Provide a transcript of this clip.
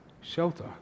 Shelter